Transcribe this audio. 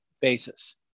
basis